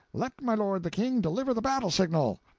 let my lord the king deliver the battle signal.